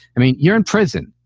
i mean, you're in prison.